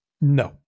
No